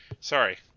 sorry